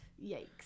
yikes